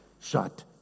shut